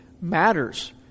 matters